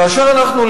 כאשר אנחנו,